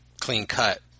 clean-cut